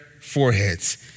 foreheads